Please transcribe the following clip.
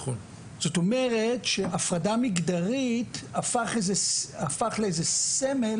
זאת אומרת שהפרדה מגדרית הפך לאיזה סמל